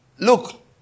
Look